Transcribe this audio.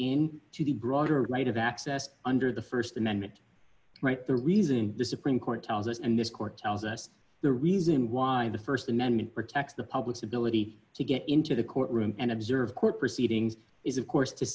in to the broader right of access under the st amendment right the reason the supreme court tells us and this court tells us the reason why the st amendment protects the public's ability to get into the courtroom and observe court proceedings is of course to